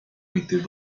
emitir